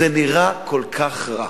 זה נראה כל כך רע?